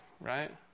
right